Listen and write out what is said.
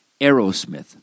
Aerosmith